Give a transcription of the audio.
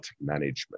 management